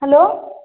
hello